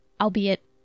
albeit